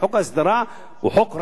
וחוק ההסדרה הוא חוק רע,